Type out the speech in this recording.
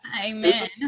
Amen